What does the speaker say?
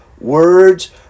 Words